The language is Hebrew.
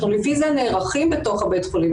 אנחנו לפי זה נערכים בתוך בית החולים,